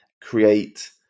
create